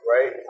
Right